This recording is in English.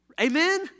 Amen